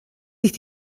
sich